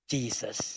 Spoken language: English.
Jesus